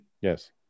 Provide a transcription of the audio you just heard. Yes